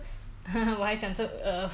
if in the end I I don't want to give birth